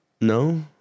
No